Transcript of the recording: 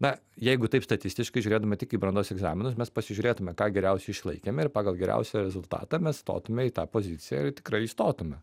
na jeigu taip statistiškai žiūrėdami tik į brandos egzaminus mes pasižiūrėtume ką geriausiai išlaikėm ir pagal geriausią rezultatą mes stotume į tą poziciją ir tikrai įstotume